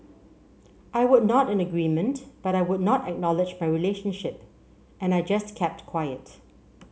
I would nod in agreement but I would not acknowledge my relationship and I just kept quiet